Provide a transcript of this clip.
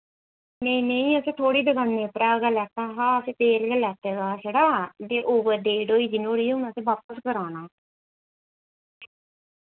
नेईं नेईं असैं थोआड़ी दुकाने उप्परा गै लैता हा असें तेल गै लैते दा छड़ा ते ओवर डेट होई दी नुहाड़ी हुन असें बापस कराना